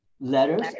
Letters